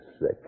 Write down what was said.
sick